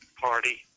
party